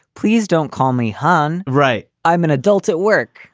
please don't call me hon. right. i'm an adult at work,